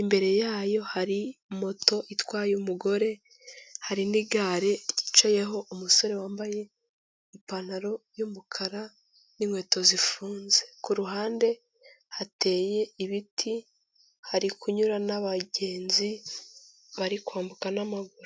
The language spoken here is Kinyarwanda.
imbere yayo hari moto itwaye umugore, hari n'igare ryicayeho umusore wambaye ipantaro y'umukara n'inkweto zifunze, ku ruhande hateye ibiti, hari kunyura n'abagenzi bari kwambuka n'amaguru.